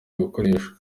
gukoreshwa